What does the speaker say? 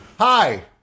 Hi